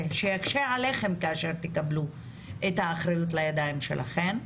שיקשה עליכם כאשר תקבלו את האחריות לידיים שלכם.